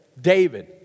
David